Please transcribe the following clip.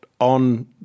On